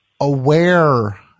aware